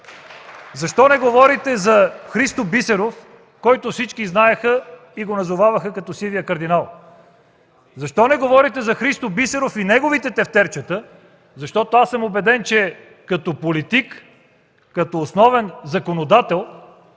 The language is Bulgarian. Защо не говорите за Христо Бисеров, когото всички знаеха и го назоваваха като Сивия кардинал? Защо не говорите за Христо Бисеров и неговите тефтерчета? Убеден съм, че като политик, като основен законодател